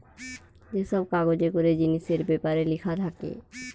যে সব কাগজে করে জিনিসের বেপারে লিখা থাকে